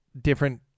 different